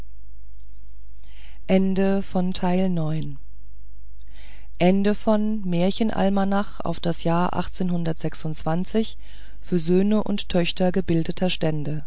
hauff märchen almanach auf das jahr für söhne und töchter gebildeter stände